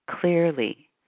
clearly